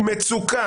מצוקה.